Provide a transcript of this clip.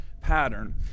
pattern